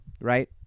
right